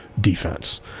defense